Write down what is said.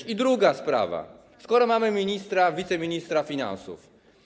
I druga sprawa, skoro mamy ministra, wiceministra finansów.